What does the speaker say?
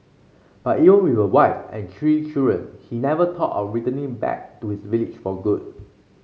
but even with a wife and three children he never thought of returning back to his village for good